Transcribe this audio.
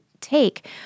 take